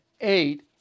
eight